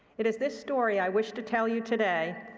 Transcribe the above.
it is this story i wish to tell you today,